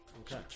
Okay